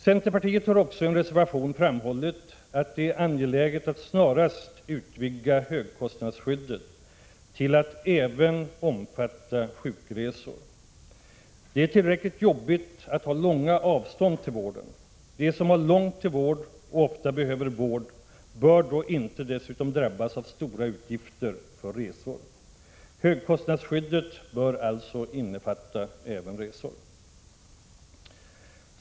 Centerpartiet har också i en reservation framhållit att det är angeläget att snarast utvidga högkostnadsskyddet till att omfatta även sjukresor. Det är — Prot. 1986/87:24 tillräckligt jobbigt att ha långa avstånd till vården. De som har långt till vård 12 november 1986 och ofta behöver vård bör då inte dessutom drabbas av stora utgifter för. Ta resor. Högkostnadsskyddet bör alltså innefatta även resor.